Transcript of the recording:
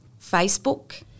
Facebook